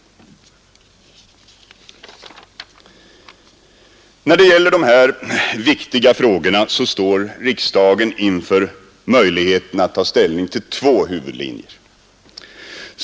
När det gäller dessa viktiga frågor står riksdagen inför möjligheten att ta ställning till två huvudlinjer.